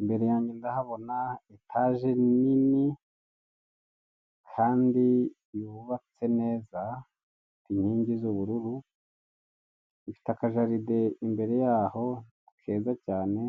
imbere yanjye ndahabona etaje nini kandi yubatse neza, inkingi z'ubururu zifite akajaride imbere yaho keza cyane,